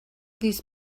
these